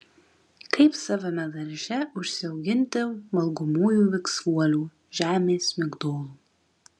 kaip savame darže užsiauginti valgomųjų viksvuolių žemės migdolų